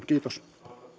kiitos